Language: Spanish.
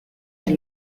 del